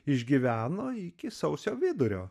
išgyveno iki sausio vidurio